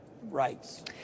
rights